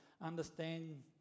understand